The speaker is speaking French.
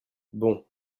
bon